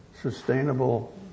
sustainable